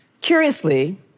Curiously